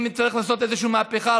אם צריך לעשות איזו מהפכה,